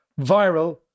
viral